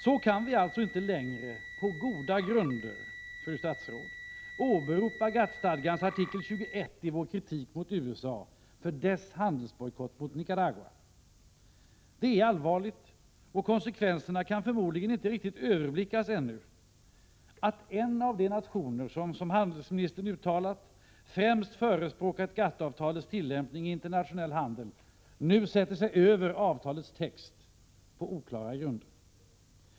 Så kan vi alltså inte längre på goda grunder, fru statsråd, åberopa GATT-stadgans artikel 21 för vår kritik mot USA för dess handelsbojkott mot Nicaragua. Det är allvarligt — och konsekvenserna därav kan förmodligen ännu inte överblickas — att en av de nationer som främst förespråkat GATT-avtalets tillämpning i internationell handel nu sätter sig över avtalets text på oklara grunder.